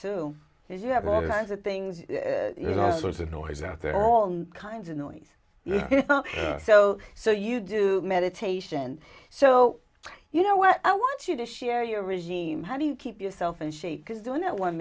there's you have all kinds of things you know there's a noise out there all kinds of noise so so you do meditation so you know what i want you to share your regime how do you keep yourself in shape because doing that one